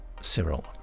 Cyril